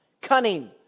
Cunning